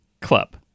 Club